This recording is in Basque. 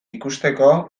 ikusteko